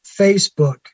Facebook